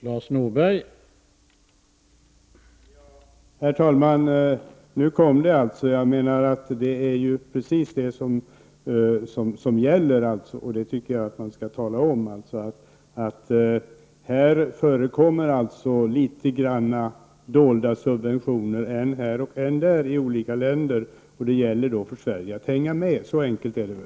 Herr talman! Nu kom det alltså. Jag menar att man skall tala om att det i dessa sammanhang förekommer lite grand av dolda subventioner, än här och än där i olika länder, och att det gäller för Sverige att hänga med. Så enkelt är det väl?